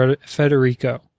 Federico